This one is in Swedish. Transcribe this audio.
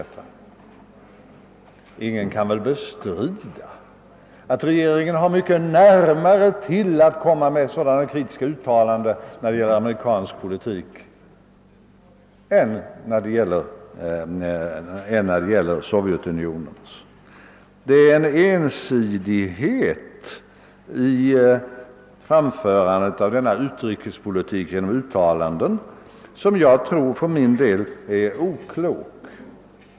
Ingen kan väl bestrida att regeringen har mycket närmare till att göra sådana kritiska uttalanden då det gäller amerikansk politik än då det gäller Sovjetunionens politik. Det är en ensidighet i framförandet av utrikespolitiken som jag för min del tror är oklok.